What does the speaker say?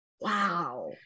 Wow